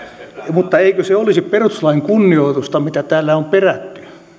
mutta eikö se olisi perustuslain kunnioitusta mitä täällä on perätty